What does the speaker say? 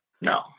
No